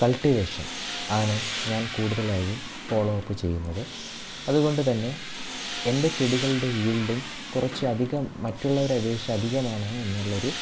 cultivation ആണ് ഞാൻ കൂടുതലായും ഫോളോപ്പ് ചെയ്യുന്നത് അതുകൊണ്ട് തന്നെ എൻ്റെ ചെടികളുടെ യീൽഡിങ് കുറച്ച് അധികം മറ്റുള്ളവരെ അപേക്ഷിച്ച് അധികമാണ് എന്നുള്ളൊരു